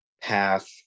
path